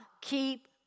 keep